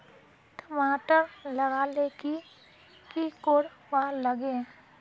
टमाटर लगा ले की की कोर वा लागे?